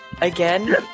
Again